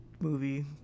movie